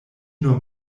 nur